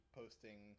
posting